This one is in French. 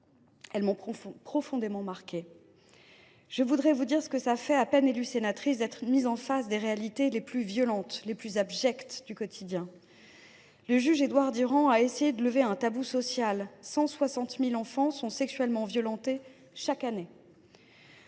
Elles m’ont profondément marquée. Comment exprimer ce que cela fait, à peine élue sénatrice, d’être mise en face des réalités les plus violentes et les plus abjectes du quotidien ? Le juge Édouard Durand a essayé de lever un tabou social : 160 000 enfants sont sexuellement violentés chaque année,